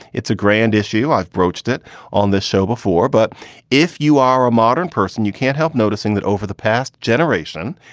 it's a grand issue. i've broached it on this show before. but if you are a modern person, you can't help noticing that over the past generation,